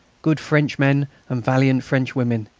good frenchmen and valiant frenchwomen,